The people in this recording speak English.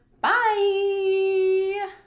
bye